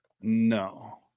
No